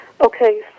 Okay